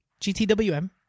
GTWM